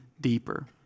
deeper